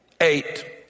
eight